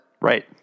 right